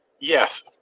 Yes